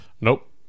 Nope